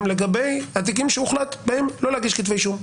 לגבי התיקים שהוחלט בהם לא להגיש כתבי אישום,